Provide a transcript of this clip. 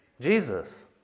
Jesus